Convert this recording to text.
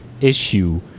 issue